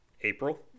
April